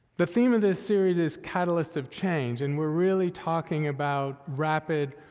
the theme of this series is catalysts of change, and we're really talking about rapid,